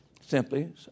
Simply